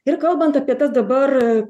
ir kalbant apie tas dabar